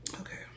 Okay